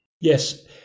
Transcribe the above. Yes